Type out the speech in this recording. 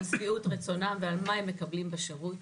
שביעות רצונם ועל מה שהם מקבלים בשירות.